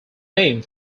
name